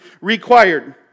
required